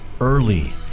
early